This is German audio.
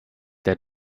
der